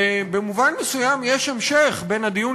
ובמובן מסוים יש המשכיות בין הדיון